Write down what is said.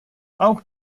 auch